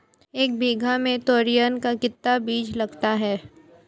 एक बीघा में तोरियां का कितना बीज लगता है?